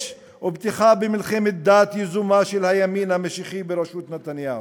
ופתיחה במלחמת דת יזומה של הימין המשיחי בראשות נתניהו.